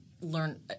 learn